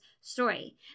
story